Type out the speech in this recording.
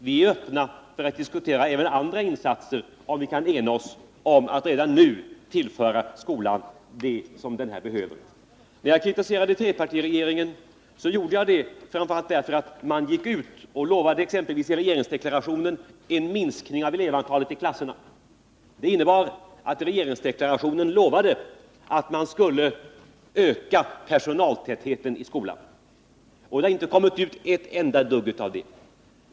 Vi är öppna för att diskutera även andra insatser, om vi kan enas om att redan nu tillföra skolan det den här behöver. När jag kritiserade trepartiregeringen, gjorde jag det framför allt därför att man exempelvis i regeringsdeklarationen lovade en minskning av elevantalet i klasserna. Det innebär att man lovade att öka personaltätheten i skolan. Det har inte kommit ett enda dugg ut av det.